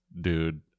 dude